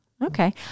Okay